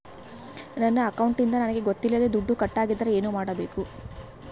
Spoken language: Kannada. ನನ್ನ ಅಕೌಂಟಿಂದ ನನಗೆ ಗೊತ್ತಿಲ್ಲದೆ ದುಡ್ಡು ಕಟ್ಟಾಗಿದ್ದರೆ ಏನು ಮಾಡಬೇಕು?